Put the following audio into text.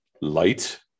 Light